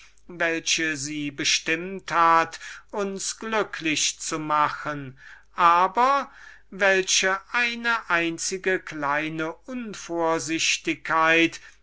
welche sie bestimmt hat uns glücklich zu machen aber welche eine einzige